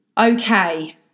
Okay